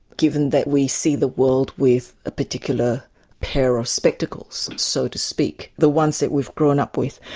given that we see the world with a particular pair of spectacles, so to speak. the ones that we've grown up with.